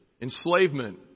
enslavement